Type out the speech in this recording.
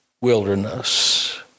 wilderness